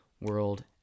world